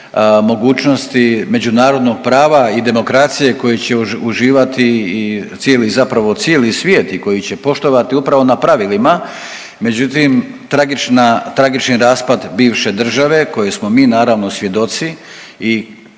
mogućnosti međunarodnog prava i demokracije koji će uživati i cijeli zapravo cijeli svijet i koji će poštovati upravo na pravilima. Međutim, tragična, tragični raspad bivše države kojem smo mi naravno svjedoci i